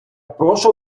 прошу